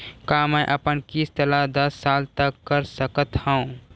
का मैं अपन किस्त ला दस साल तक कर सकत हव?